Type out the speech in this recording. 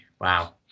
Wow